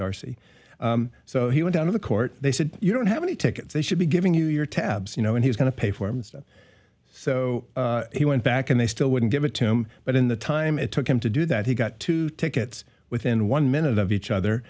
darcy so he went out of the court they said you don't have any tickets they should be giving you your tabs you know and he's going to pay forms so he went back and they still wouldn't give it to him but in the time it took him to do that he got two tickets within one minute of each other